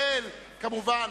אריאל, כמובן.